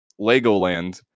Legoland